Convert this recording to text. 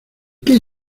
qué